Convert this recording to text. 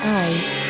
eyes